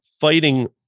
fighting